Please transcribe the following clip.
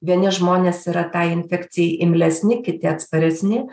vieni žmonės yra tai infekcijai imlesni kiti atsparesni